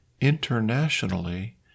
internationally